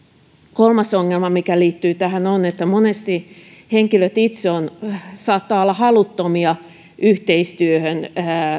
kolmas ongelma mikä liittyy tähän on se että monesti henkilöt itse saattavat olla haluttomia yhteistyöhön